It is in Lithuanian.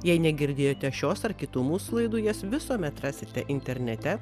jei negirdėjote šios ar kitų mūsų laidų jas visuomet rasite internete